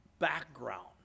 background